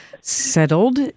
settled